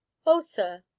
oh, sir,